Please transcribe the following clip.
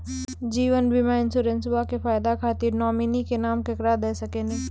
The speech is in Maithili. जीवन बीमा इंश्योरेंसबा के फायदा खातिर नोमिनी के नाम केकरा दे सकिनी?